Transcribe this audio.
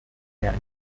یعنی